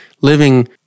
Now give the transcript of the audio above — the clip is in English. living